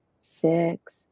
six